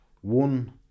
one